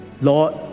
Lord